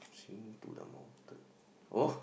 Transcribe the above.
sing to the mountain oh